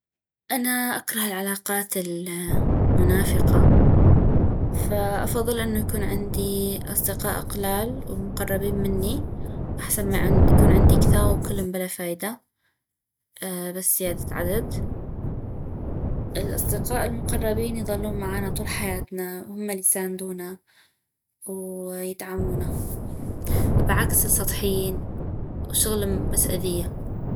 انا اكره العلاقات المنافقة فافضل انو يكون عندي اصدقاء قلال ومقربين مني احسن ما يكون عمدي كثاغ وكلم بلا فايدة بس زيادة عدد الاصدقاء المقربين يظلون معانا طول حياتنا هما اليساندونا ويدعمونا بعكس السطحيين وشغلم بس اذية